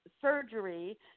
surgery